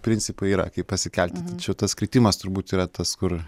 principai yra kaip pasikelti tačiau tas kritimas turbūt yra tas kur